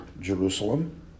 Jerusalem